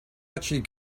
actually